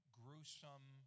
gruesome